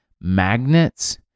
magnets